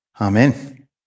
Amen